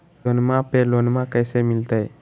सोनमा पे लोनमा कैसे मिलते?